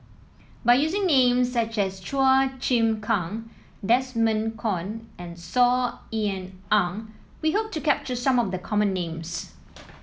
by using names such as Chua Chim Kang Desmond Kon and Saw Ean Ang we hope to capture some of the common names